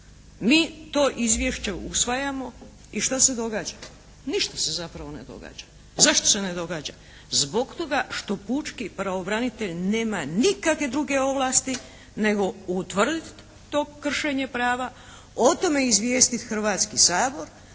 Mi to izvješće usvajamo i šta se događa? Ništa se zapravo ne događa. Zašto se ne događa? Zbog toga što pučki pravobranitelj nema nikakve druge ovlasti nego utvrditi to kršenje prava, o tome izvijestiti Hrvatski sabor,